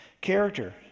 Character